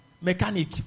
mechanic